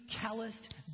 calloused